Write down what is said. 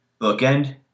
Bookend